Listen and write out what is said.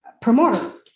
promoter